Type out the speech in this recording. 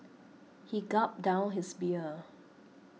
he gulped down his beer